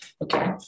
Okay